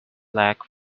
lack